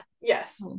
yes